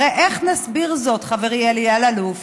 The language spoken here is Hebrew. הרי איך נסביר זאת, חברי אלי אלאלוף,